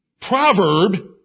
proverb